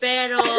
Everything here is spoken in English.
Pero